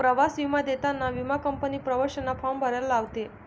प्रवास विमा देताना विमा कंपनी प्रवाशांना फॉर्म भरायला लावते